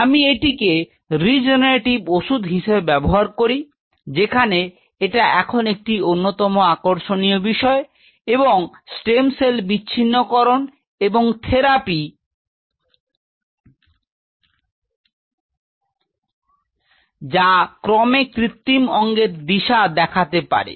আমি এটিকে রিজেনারেটিভ ওষুধ হিসেবে ব্যবহার করি যেখানে এটা এখন একটি অন্যতম আকর্ষণীয় বিষয় এবং স্টেম কোষ বিচ্ছিন্নকরণ এবং থেরপি যা ক্রমে কৃত্রিম অঙ্গের দিশা দেখাতে পারে